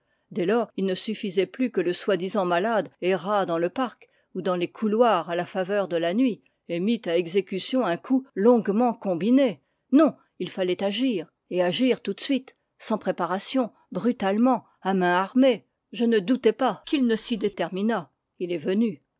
dès lors il ne suffisait plus que le soi-disant malade errât dans le parc ou dans les couloirs à la faveur de la nuit et mît à exécution un coup longuement combiné non il fallait agir et agir tout de suite sans préparation brutalement à main armée je ne doutais pas qu'il ne s'y déterminât il est venu